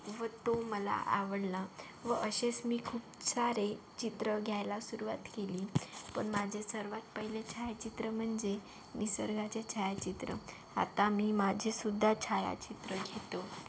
व तो मला आवडला व असेच मी खूप सारे चित्र घ्यायला सुरुवात केली पण माझे सर्वात पहिले छायाचित्र म्हणजे निसर्गाचे छायाचित्र आत्ता मी माझेसुद्धा छायाचित्र घेतो